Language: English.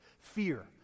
fear